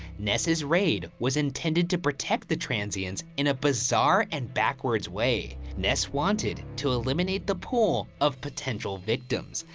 ness's raid was intended to protect the transients in a bizarre and backwards way. ness wanted to eliminate the pool of potential victims,